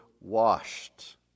washed